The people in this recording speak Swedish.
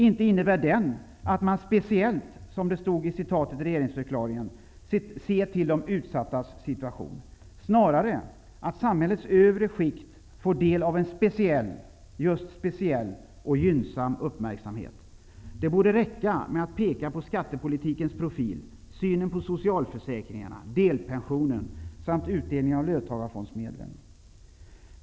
Inte innebär den att man speciellt -- som det står i regeringsförklaringen -- ser till de utsattas situation. Det innnebär snarare att samhällets övre skikt får del av en speciell och gynnsam uppmärksamhet. Det borde räcka med att peka på skattepolitikens profil, synen på socialförsäkringarna, delpensionen samt utdelningen av löntagarfondsmedlen.